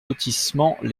lotissement